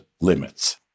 limits